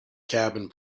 cabin